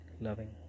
loving